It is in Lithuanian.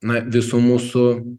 na visų mūsų